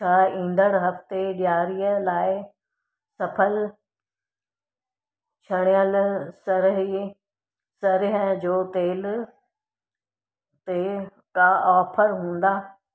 छा ईंदड़ हफ़्ते डि॒आरीअ लाइ सफल छणियलु सरिहं सरिहं जो तेल ते का ऑफर हूंदा